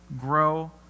grow